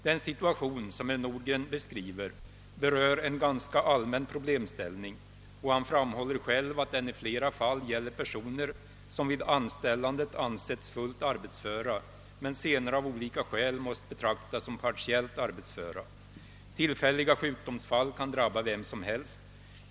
Den situation som herr Nordgren beskriver berör en ganska allmän problemställning, och han framhåller själv att den i flera fall gäller personer som vid anställandet ansetts fullt arbetsföra men senare av olika skäl måst betraktas som partiellt arbetsföra. Tillfälliga sjukdomsfall kan drabba vem som helst.